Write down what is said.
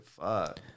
Fuck